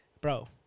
bro